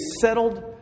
settled